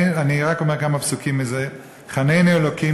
אני רק אומר כמה פסוקים מזה: "חנני אלוקים